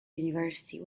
university